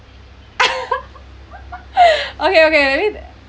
okay okay